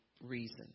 reason